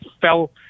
fell